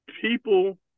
people